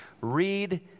Read